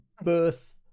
birth